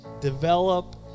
Develop